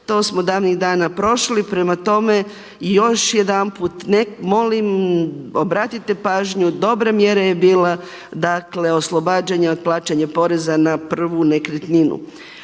To smo davnih dana prošli. Prema tome još jedanput molim obratite pažnju, dobra mjera je bila, dakle oslobađanja od plaćanja poreza na prvu nekretninu.